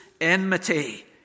enmity